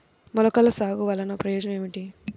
మొలకల సాగు వలన ప్రయోజనం ఏమిటీ?